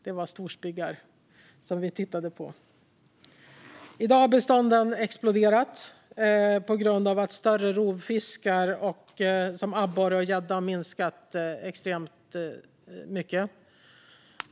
Det var storspiggar som vi tittade på. I dag har bestånden exploderat på grund av att större rovfiskar som abborre och gädda har minskat extremt mycket.